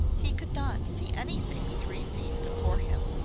he could not see anything three feet before him,